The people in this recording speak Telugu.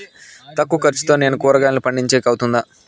తక్కువ ఖర్చుతో నేను కూరగాయలను పండించేకి అవుతుందా?